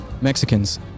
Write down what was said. Mexicans